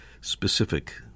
specific